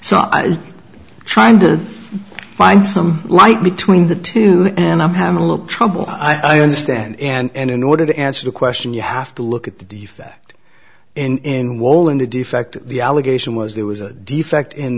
so trying to find some light between the two and i'm having a little trouble i understand and in order to answer the question you have to look at the defect in walling the defect the allegation was there was a defect in